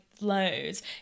loads